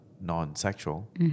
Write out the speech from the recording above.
Non-sexual